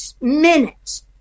minutes